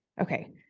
Okay